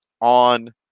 on